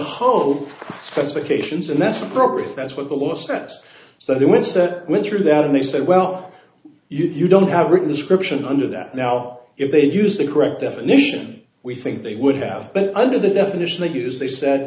cations and that's appropriate that's what the law steps so they will set went through that and they said well you don't have written description under that now if they used the correct definition we think they would have been under the definition they use they said